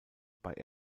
bei